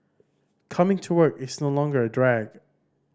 coming to work is no longer a drag